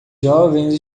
jovens